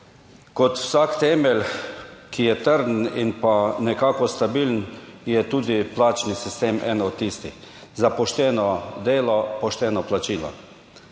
kot vsak temelj, ki je trden in pa nekako stabilen, je tudi plačni sistem ena od tistih za pošteno delo, pošteno plačilo.